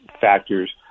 factors